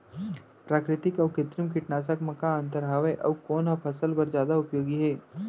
प्राकृतिक अऊ कृत्रिम कीटनाशक मा का अन्तर हावे अऊ कोन ह फसल बर जादा उपयोगी हे?